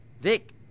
Vic